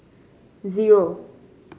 zero